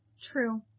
True